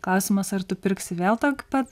klausimas ar tu pirksi vėl tokį pat